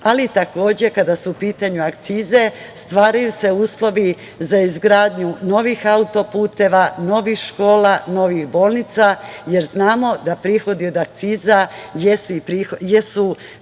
ali takođe kada su u pitanju akcize stvaraju se uslovi za izgradnju novih auto-puteva, novih škola, novih bolnica, jer znamo da prihodi od akciza jesu